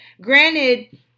Granted